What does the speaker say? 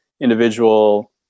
individual